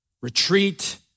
Retreat